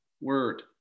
word